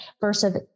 versus